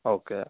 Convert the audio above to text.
okay